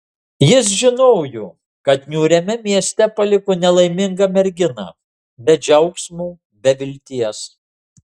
jis žinojo kad niūriame mieste paliko nelaimingą merginą be džiaugsmo be vilties